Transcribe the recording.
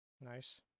Nice